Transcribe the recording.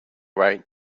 right